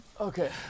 Okay